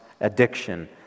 addiction